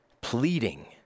pleading